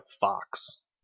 fox